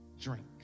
drink